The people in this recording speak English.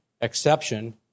exception